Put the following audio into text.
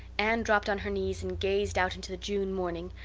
anne dropped on her knees and gazed out into the june morning,